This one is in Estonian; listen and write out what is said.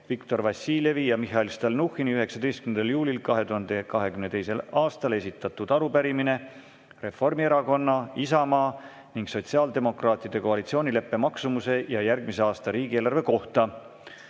Viktor Vassiljevi ja Mihhail Stalnuhhini 19. juulil 2022. aastal esitatud arupärimine Reformierakonna, Isamaa ning sotsiaaldemokraatide koalitsioonileppe maksumuse ja järgmise aasta riigieelarve kohta.